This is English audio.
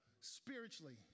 spiritually